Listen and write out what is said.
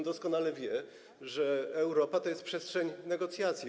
Pan doskonale wie, że Europa to jest przestrzeń negocjacji.